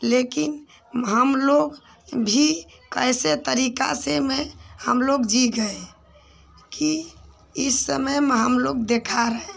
लेकिन हमलोग भी कैसे तरीका से मैं हमलोग जी गए कि इस समय में हमलोग देखा रहे हैं